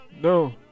No